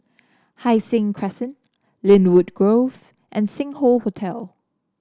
Hai Sing Crescent Lynwood Grove and Sing Hoe Hotel